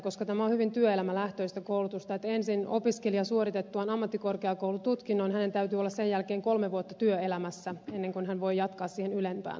koska tämä on hyvin työelämälähtöistä koulutusta siinä on edellytyksenä se että opiskelijan suoritettuaan ammattikorkeakoulututkinnon täytyy ensin olla sen jälkeen kolme vuotta työelämässä ennen kuin hän voi jatkaa siihen ylempään ammattikorkeakoulututkintoon